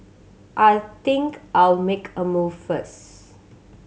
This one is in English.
I think I'll make a move first